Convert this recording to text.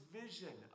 vision